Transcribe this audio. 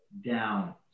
Down